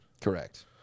Correct